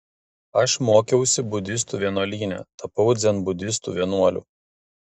aš mokiausi budistų vienuolyne tapau dzenbudistų vienuoliu